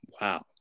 Wow